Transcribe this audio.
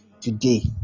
today